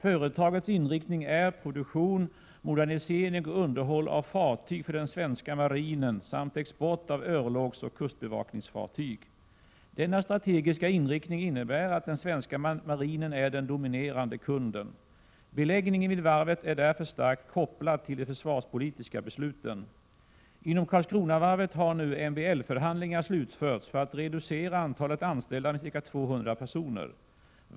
Företagets inriktning är produktion, modernisering och underhåll av fartyg för den svenska marinen samt export av örlogsoch kustbevakningsfartyg. Denna strategiska inriktning innebär att den svenska marinen är den dominerande kunden. Beläggningen vid varvet är därför starkt kopplad till de försvarspolitiska besluten. Inom Karlskronavarvet har nu MBL-förhandlingar slutförts för att reducera antalet anställda med ca 200 personer.